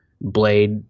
blade